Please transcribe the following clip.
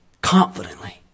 confidently